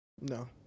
No